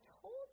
told